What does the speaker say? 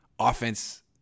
offense